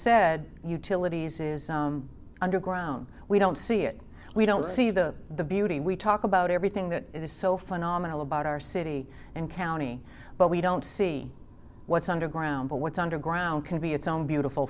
said utilities is underground we don't see it we don't see the beauty we talk about everything that is so phenomenal about our city and county but we don't see what's underground or what's underground can be its own beautiful